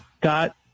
Got